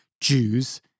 Jews